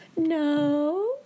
no